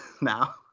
now